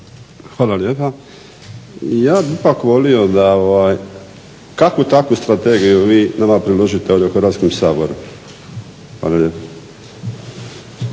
Hvala lijepa. Ja bih ipak volio da kakvu takvu strategiju vi nama priložiti ovdje u Hrvatskom saboru. Hvala lijepa.